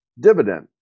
dividend